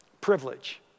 privilege